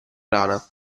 rana